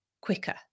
quicker